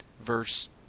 Verse